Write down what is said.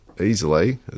easily